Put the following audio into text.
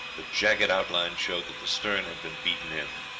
the jagged outline showed that the stern had been beaten in.